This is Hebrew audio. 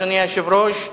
אדוני היושב-ראש,